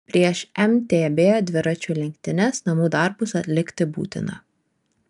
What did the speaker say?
prieš mtb dviračių lenktynes namų darbus atlikti būtina